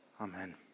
Amen